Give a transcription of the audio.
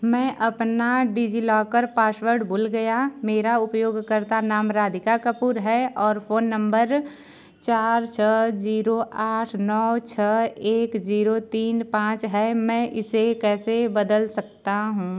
मैं अपना DigiLocker password भूल गया मेरा उपयोगकर्ता नाम राधिका कपूर है और फ़ोन नम्बर चार छः जीरो आठ नौ छः एक जीरो तीन पाँच है मैं इसे कैसे बदल सकता हूँ